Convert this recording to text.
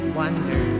wonder